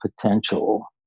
potential